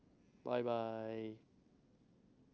bye bye